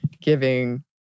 giving